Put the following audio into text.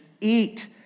Eat